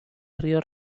río